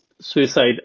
suicide